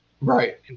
Right